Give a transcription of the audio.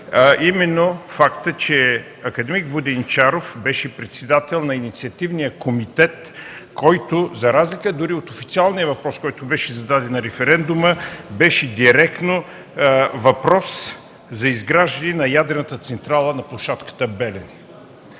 именно фактът, че акад. Воденичаров беше председател на Инициативния комитет, който за разлика от официалния въпрос, който беше зададен на референдума, зададе директно въпрос за изграждане на ядрената централа на площадката Белене.